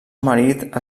marit